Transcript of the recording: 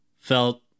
felt